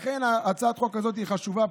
לכן, הצעת החוק הזו היא חשובה.